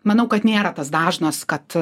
manau kad nėra tas dažnas kad